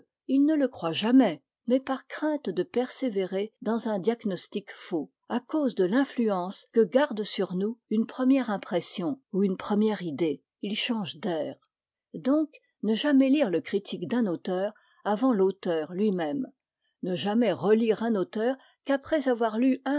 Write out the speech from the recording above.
ils ne le croient jamais mais par crainte de persévérer dans un diagnostic faux à cause de l'influence que garde sur nous une première impression ou une première idée ils changent d'air donc ne jamais lire le critique d'un auteur avant l'auteur lui-même ne jamais relire un auteur qu'après avoir lu